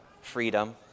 freedom